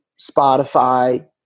Spotify